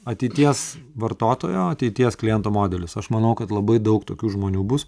ateities vartotojo ateities kliento modelis aš manau kad labai daug tokių žmonių bus